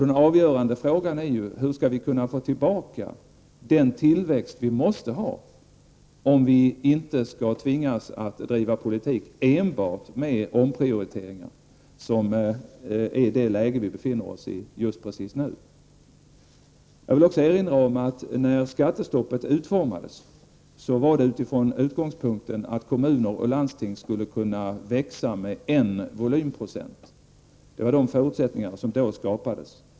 Den avgörande frågan är hur vi skall kunna få tillbaka den tillväxt som vi måste ha om vi inte skall tvingas att driva politik enbart med omprioriteringar, vilket är fallet i det läge vi befinner oss i just nu. Jag vill också erinra om att när skattestoppet utformades var det utifrån utgångspunkten att kommuner och landsting skulle kunna växa med en volymprocent. Det var de förutsättningar som då skapades.